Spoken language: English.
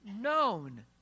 known